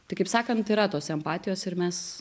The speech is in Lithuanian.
tai kaip sakant yra tos empatijos ir mes